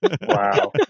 wow